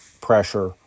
pressure